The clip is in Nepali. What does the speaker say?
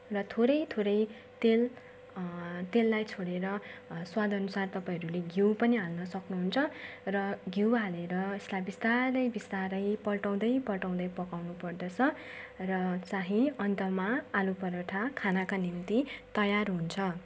र थोरै थोरै तेल तेललाई छोडेर स्वादअनुसार तपाईँहरूले घिउ पनि हाल्न सक्नुहुन्छ र घिउ हालेर यसलाई बिस्तारै बिस्तारै पल्टाउँदै पल्टाउँदै पकाउनुपर्दछ र चाहिँ अन्तमा आलु पराठा खानाका निम्ति तयार हुन्छ